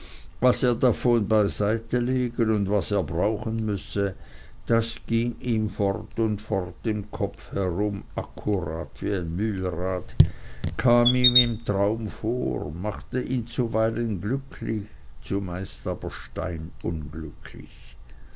was er davon beiseitelegen und was er brauchen müsse das ging ihm fort und fort im kopf herum akkurat wie ein mühlrad kam ihm im traum vor machte ihn zuweilen glücklich zumeist aber